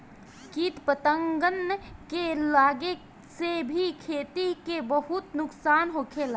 किट पतंगन के लागे से भी खेती के बहुत नुक्सान होखेला